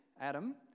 Adam